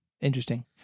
Interesting